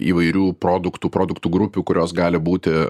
įvairių produktų produktų grupių kurios gali būti